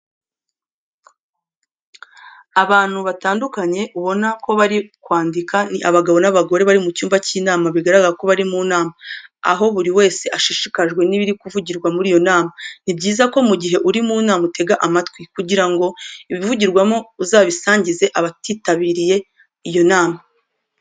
Abantu batandukanye ubona ko bari kwandika, ni abagabo n'abagore bari mu cyumba cy'inama bigaragara ko bari mu nama, aho buri wese ashishikajwe n'ibiri kuvugirwa muri iyo nama. Ni byiza ko mu gihe uri mu nama utega amatwi, kugira ngo ibivugirwamo uzabisangize abatitabiriye iyo nama.